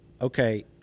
okay